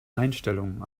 einstellungen